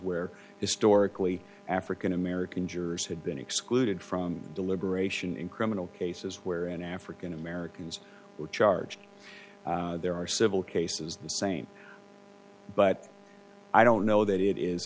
where historically african american jurors had been excluded from deliberation in criminal cases where an african americans were charged there are civil cases the same but i don't know that it is